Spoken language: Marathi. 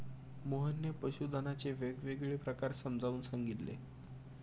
मोहनने पशुधनाचे वेगवेगळे प्रकार समजावून सांगितले